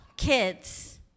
Kids